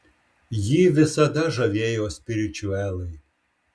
jį visada žavėjo spiričiuelai